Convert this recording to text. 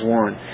one